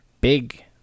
big